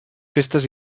festes